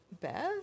Beth